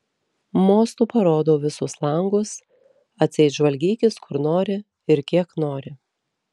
mostu parodau visus langus atseit žvalgykis kur nori ir kiek nori